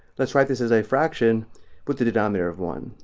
let's write this as a fraction with the denominator of one,